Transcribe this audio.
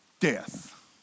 Death